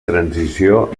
transició